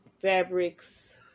fabrics